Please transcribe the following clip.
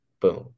Boom